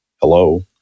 hello